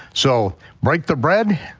so break the bread,